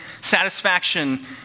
satisfaction